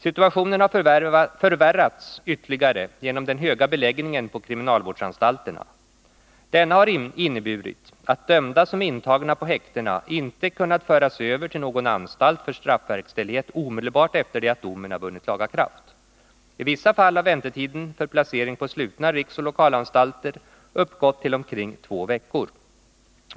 Situationen har förvärrats ytterligare genom den höga beläggningen på kriminalvårdsanstalterna. Denna har inneburit att dömda som är intagna på häktena inte kunnat föras över till någon anstalt för straffverkställighet omedelbart efter det att domen har vunnit laga kraft. I vissa fall har väntetiden för placering på slutna riksoch lokalanstalter uppgått till omkring två veckor.